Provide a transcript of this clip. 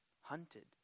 hunted